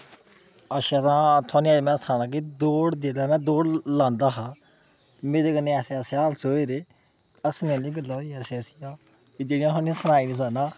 अच्छा तां अज्ज थोआनूं मैं सनां दा हा कि दौड़ जेह्ड़ा न दौड़ लांदा हा मेरे कन्नै ऐसे ऐसे हादसे होए हस्सने आह्लियां गल्ला होई दियां ऐसियां ऐसियां कि जेह्ड़ियां थोआनूं सनाई निं सकना